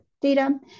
data